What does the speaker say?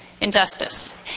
injustice